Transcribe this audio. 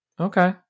Okay